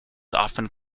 often